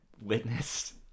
witnessed